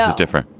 ah different.